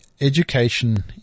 education